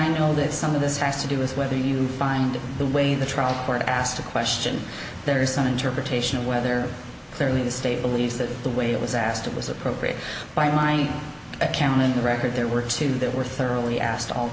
i know that some of this has to do with whether you find the way the trial court asked a question there are some interpretation of whether clearly the state believes that the way it was asked it was appropriate by my account in the record there were two that were thoroughly asked all